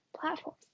platform